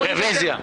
רוויזיה.